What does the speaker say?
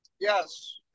Yes